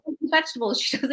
vegetables